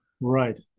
Right